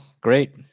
great